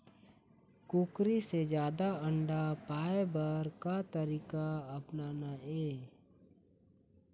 कुकरी से जादा अंडा पाय बर का तरीका अपनाना ये?